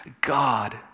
God